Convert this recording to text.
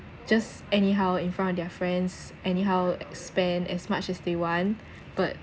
just anyhow in front of their friends anyhow spend as much as they want but